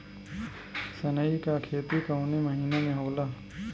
सनई का खेती कवने महीना में होला?